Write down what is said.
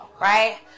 right